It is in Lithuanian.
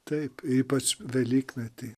taip ypač velykmety